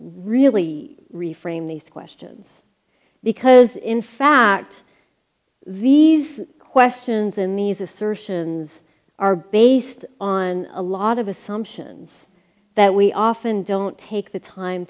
really reframe these questions because in fact these questions and these assertions are based on a lot of assumptions that we often don't take the time